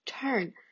Turn